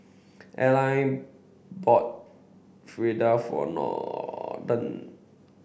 Arline bought Fritada for Norton